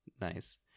Nice